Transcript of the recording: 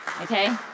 Okay